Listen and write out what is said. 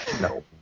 No